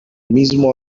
mismo